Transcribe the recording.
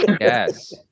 yes